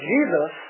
Jesus